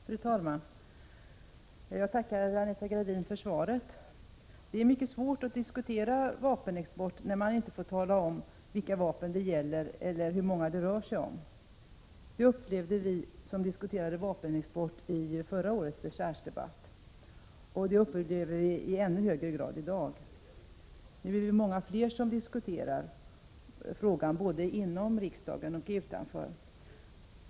Fru talman! Jag tackar Anita Gradin för svaret. Det är mycket svårt att diskutera vapenexport när man inte får tala om vilka vapen det gäller eller hur många det rör sig om. Det upplevde vi som diskuterade vapenexporten i förra årets dechargedebatt. Det upplever vi i ännu högre grad i dag. Nu är vi många fler som diskuterar frågan både inom riksdagen och utanför.